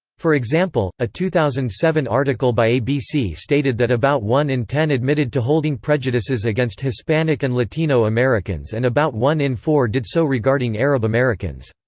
for example, a two thousand and seven article by abc stated that about one in ten admitted to holding prejudices against hispanic and latino americans and about one in four did so regarding arab-americans.